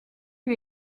lui